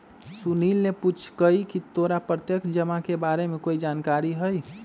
सुनील ने पूछकई की तोरा प्रत्यक्ष जमा के बारे में कोई जानकारी हई